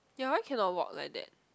ya why cannot walk like that